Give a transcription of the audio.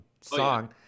song